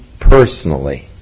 personally